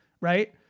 right